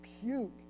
puke